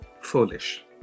foolish